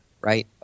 right